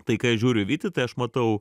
tai kai aš žiūriu į vytį tai aš matau